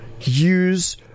use